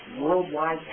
worldwide